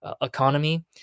economy